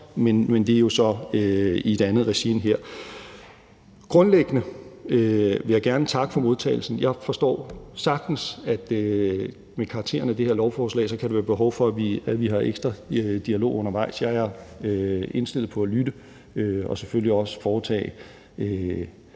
men det er jo så i et andet regi end her. Grundlæggende vil jeg gerne takke for modtagelsen. Jeg forstår sagtens, at med karakteren af det her lovforslag kan der være behov for, at vi har ekstra dialog undervejs. Jeg er indstillet på at lytte og selvfølgelig også foretage